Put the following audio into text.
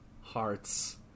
Hearts